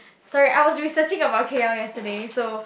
sorry I was researching about k_l yesterday so